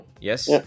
Yes